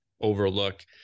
overlook